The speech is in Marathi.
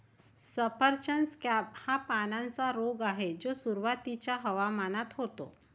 सफरचंद स्कॅब हा पानांचा रोग आहे जो सुरुवातीच्या हवामानात होतो